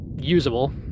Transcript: usable